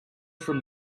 from